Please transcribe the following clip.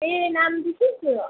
ए नाम चाहिँ के के हो